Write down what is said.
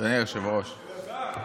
אדוני היושב-ראש,